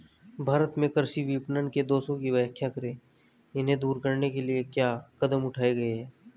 भारत में कृषि विपणन के दोषों की व्याख्या करें इन्हें दूर करने के लिए क्या कदम उठाए गए हैं?